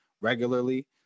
regularly